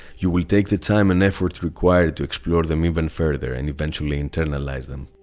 you will take the time and effort required to explore them even further and eventually internalize them.